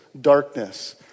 darkness